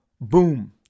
boom